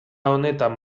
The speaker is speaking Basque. honetan